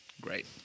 great